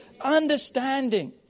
understanding